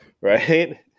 Right